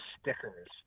stickers